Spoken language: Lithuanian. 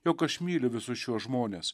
jog aš myliu visus šiuos žmones